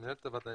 מנהלת הוועדה,